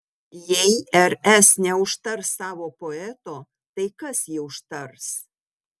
jei rs neužtars savo poeto tai kas jį užtars